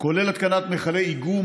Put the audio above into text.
כיוון שזה על פי חוק.